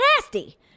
nasty